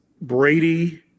Brady